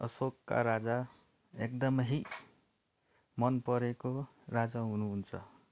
अशोका राजा एकदमै मनपरेको राजा हुनुहुन्छ